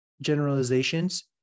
generalizations